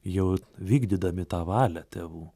jau vykdydami tą valią tėvų